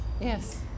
Yes